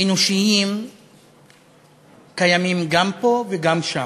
אנושיים קיימים גם פה וגם שם,